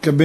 הקבינט